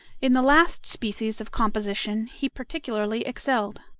in the last species of composition he particularly excelled.